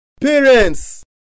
parents